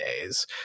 days